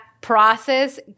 process